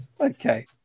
okay